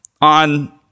on